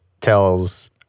tells